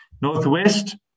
Northwest